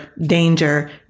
danger